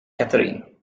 catherine